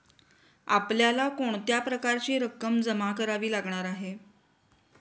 आपल्याला कोणत्या प्रकारची रक्कम जमा करावी लागणार आहे?